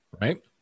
Right